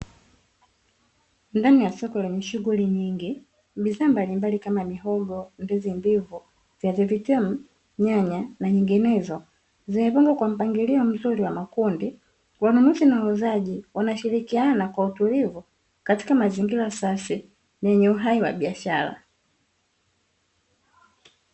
Ndani ya soko lenye shughuli nyingi bidhaa mbalimbali kama mihogo, ndizi mbivu, viazi vitamu, nyanya na nyinginezo zimepangwa kwa mpangilio mzuri wa makundi wanunuzi na wauzaji wanashirikiana kwa utulivu katika mazingira safi yenye uhai wa biashara.